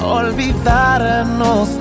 olvidarnos